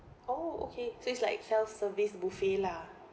oh okay so it's like self service buffet lah